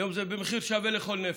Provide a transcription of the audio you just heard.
היום זה במחיר שווה לכל נפש,